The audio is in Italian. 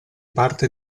parte